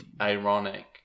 ironic